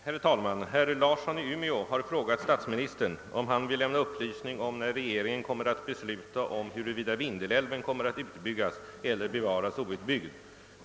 Herr talman! Herr Larsson i Umeå har frågat statsministern om han vill lämna upplysning om när regeringen kommer att besluta om huruvida Vindelälven kommer att utbyggas eller bevaras outbyggd.